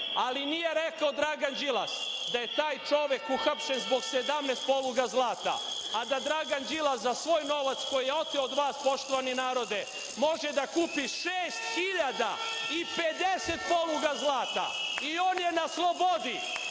ali nije rekao Dragan Đilas da je taj čovek uhapšen zbog 17 poluga zlata, a da Dragan Đilas za svoj novac, koji je oteo od vas, poštovani narode, može da kupi 6.050 poluga zlata i on je na slobodi.